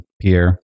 Pierre